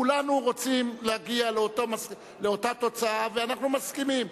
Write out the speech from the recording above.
כולנו רוצים להגיע לאותה תוצאה, ואנחנו מסכימים.